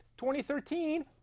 2013